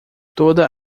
toda